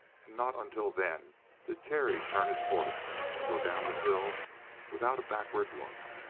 and not until then did terry turn his horse and go down the hill without a backward look.